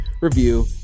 review